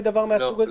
לדבר מהסוג הזה?